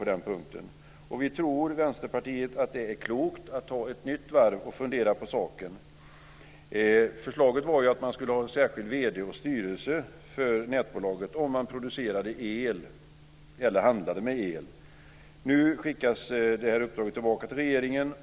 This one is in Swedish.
Vi i Vänsterpartiet tror att det är klokt att ta ett nytt varv och fundera på saken. Förslaget var ju att man skulle ha en särskild vd och styrelse för nätbolaget om man producerade el eller handlade med el. Nu skickas detta uppdrag tillbaka till regeringen.